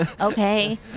okay